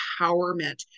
empowerment